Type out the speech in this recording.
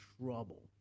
trouble